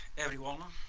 everyone.